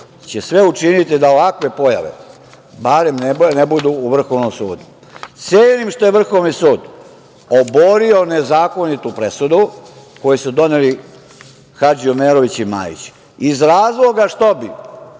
će sve učiniti da ovakve pojave barem ne budu u Vrhovnom sudu. Cenim što je Vrhovni sud oborio nezakonitu presudu koju su doneli Hadži Omerović i Majić, iz razloga što bi